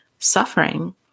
Suffering